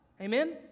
Amen